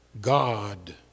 God